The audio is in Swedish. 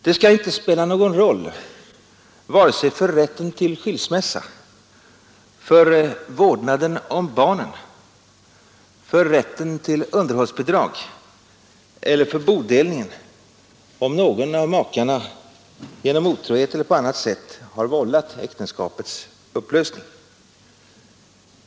Det skall inte spela någon roll vare sig för rätten till skilsmässa, för vårdnaden om barnen, för rätten till underhållsbidrag eller för bodelningen om någon av makarna genom otrohet eller på annat sätt har vållat äktenskapets upplösning.